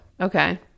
okay